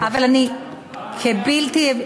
למה?